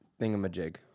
thingamajig